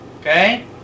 Okay